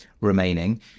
remaining